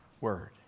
word